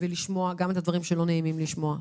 ולשמוע גם את הדברים שלא נעים לשמוע.